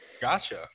Gotcha